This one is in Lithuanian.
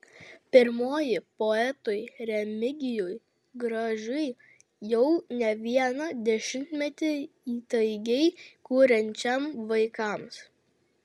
pirmoji poetui remigijui gražiui jau ne vieną dešimtmetį įtaigiai kuriančiam vaikams